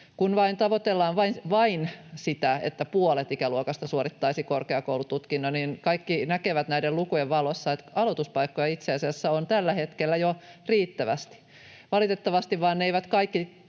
Kun tavoitellaan vain sitä, että puolet ikäluokasta suorittaisi korkeakoulututkinnon, niin kaikki näkevät näiden lukujen valossa, että aloituspaikkoja on itse asiassa jo tällä hetkellä riittävästi. Valitettavasti ne eivät vaan